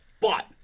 But-